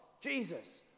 Jesus